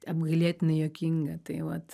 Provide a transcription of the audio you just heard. apgailėtinai juokinga tai vat